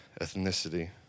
ethnicity